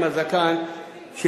עם הזקן,